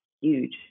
huge